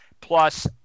plus